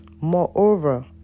Moreover